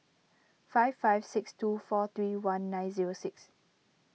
five five six two four three one nine six